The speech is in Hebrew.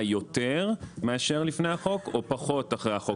יותר מאשר לפני החוק או פחות אחרי החוק.